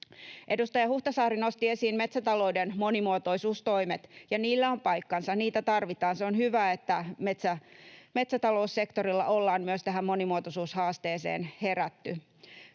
Edustaja Huhtasaari nosti esiin metsätalouden monimuotoisuustoimet, ja niillä on paikkansa, niitä tarvitaan. Se on hyvä, että metsätaloussektorilla ollaan myös tähän monimuotoisuushaasteeseen herätty.